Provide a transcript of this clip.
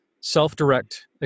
self-direct